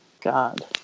god